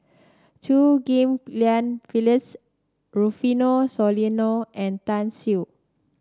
Chew Ghim Lian Phyllis Rufino Soliano and Tan